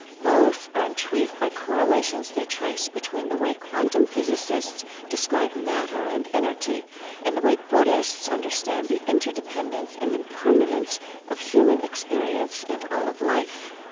both are intrigued by correlations they trace between the way quantum physicists describe matter and energy and the way buddhists understand the interdependence and impermanence of human experience and all of life